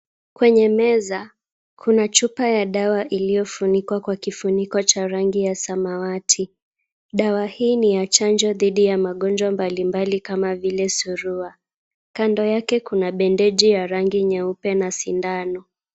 Kwenye meza kuna chupa ya dawa iliyofunikwa kwa vifuniko cha rangi ya samawati, dawa hii ni ya chanjo dhidi ya magonjwa mbali mbali kwa vile surua, kando yake kuna bandeji ya rangi nyeupe na sindano.